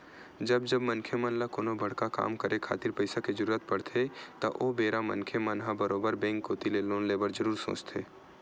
जब जब मनखे मन ल कोनो बड़का काम करे खातिर पइसा के जरुरत पड़थे त ओ बेरा मनखे मन ह बरोबर बेंक कोती ले लोन ले बर जरुर सोचथे